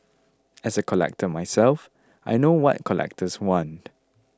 as a collector myself I know what collectors want